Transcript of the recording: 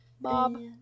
Bob